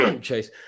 Chase